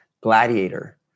Gladiator